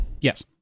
Yes